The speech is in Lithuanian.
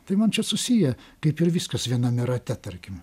tai man čia susiję kaip ir viskas viename rate tarkim